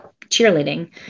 cheerleading